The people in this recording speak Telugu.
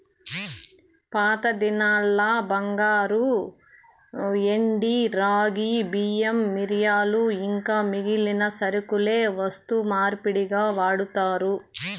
పాతదినాల్ల బంగారు, ఎండి, రాగి, బియ్యం, మిరియాలు ఇంకా మిగిలిన సరకులే వస్తు మార్పిడిగా వాడారు